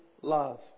love